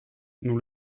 nous